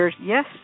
Yes